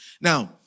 Now